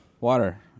Water